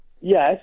Yes